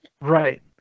Right